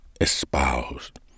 espoused